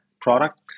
product